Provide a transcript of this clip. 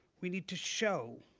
we need to show.